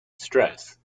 stress